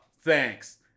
Thanks